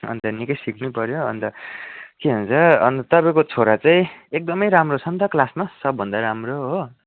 अन्त निकै सिक्नै पऱ्यो अन्त के भन्छ अन्त तपाईँको छोरा चाहिँ एकदमै राम्रो छ नि त क्लासमा सबभन्दा राम्रो हो